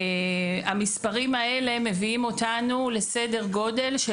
המספרים האלה מביאים אותנו לסדר גודל של